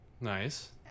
Nice